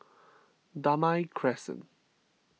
Damai Crescent